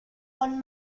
von